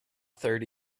thirty